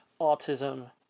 autism